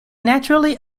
naturally